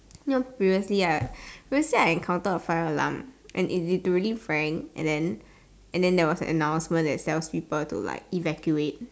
you know previously I previously I encounter a fire alarm and is it to be really frank and then theres an announcement that tells people to evacuate